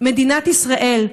מדינת ישראל,